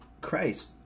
Christ